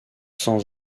sans